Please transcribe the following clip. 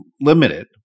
limited